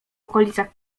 okolicach